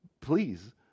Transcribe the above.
please